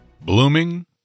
Blooming